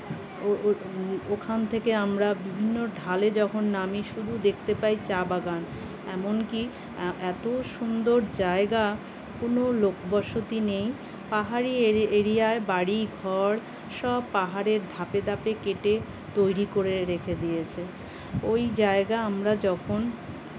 ও ওখান থেকে আমরা বিভিন্ন ঢালে যখন নামি শুধু দেখতে পাই চা বাগান এমন কি এতো সুন্দর জায়গা কোনো লোক বসতি নেই পাহাড়ি এরি এরিয়ায় বাড়ি ঘর সব পাহাড়ের ধাপে ধাপে কেটে তৈরি করে রেখে দিয়েছে ওই জায়গা আমরা যখন